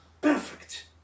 Perfect